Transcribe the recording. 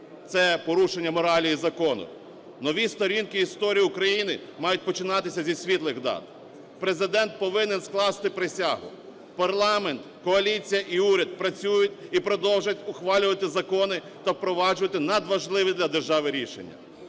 Це порушення моралі і закону. Нові сторінки історії України мають починатися зі світлих дат. Президент повинен скласти присягу. Парламент, коаліція і уряд працюють і продовжать ухвалювати закони та впроваджувати надважливі для держави рішення.